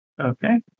Okay